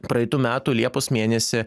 praeitų metų liepos mėnesį